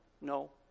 no